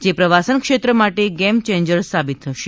જે પ્રવાસન ક્ષેત્ર માટે ગેમ ચેન્જર સાબિત થશે